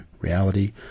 reality